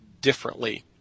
differently